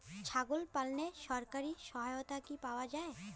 ছাগল পালনে সরকারি সহায়তা কি পাওয়া যায়?